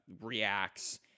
reacts